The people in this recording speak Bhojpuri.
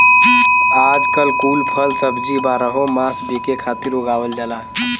आजकल कुल फल सब्जी बारहो मास बिके खातिर उगावल जाला